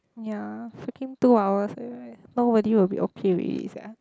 ya freaking two hours eh nobody will be okay with it sia